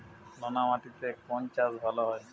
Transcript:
নোনা মাটিতে কোন চাষ ভালো হয়?